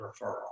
referral